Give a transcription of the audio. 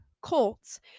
Colts